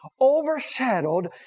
overshadowed